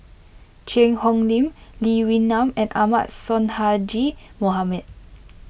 Cheang Hong Lim Lee Wee Nam and Ahmad Sonhadji Mohamad